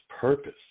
purpose